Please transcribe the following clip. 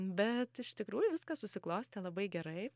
bet iš tikrųjų viskas susiklostė labai gerai